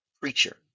preacher